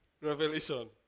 Revelation